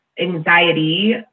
anxiety